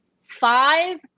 Five